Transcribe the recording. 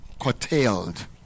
curtailed